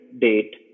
date